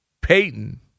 Peyton